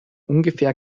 ungefähr